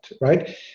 right